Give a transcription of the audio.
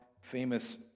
famous